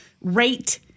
rate